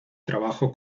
trabajo